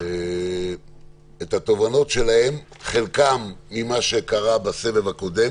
להציג את התובנות שלהם, חלקם ממה שקרה בסבב הקודם,